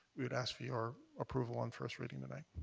we would ask for your approval on first reading tonight.